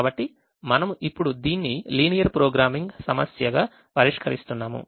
కాబట్టి మనము ఇప్పుడు దీన్ని లీనియర్ ప్రోగ్రామింగ్ సమస్యగా పరిష్కరిస్తున్నాము